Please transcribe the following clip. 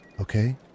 Okay